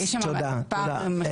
יש שם פער.